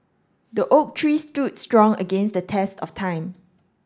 the oak tree stood strong against the test of time